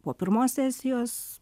po pirmos sesijos